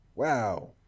wow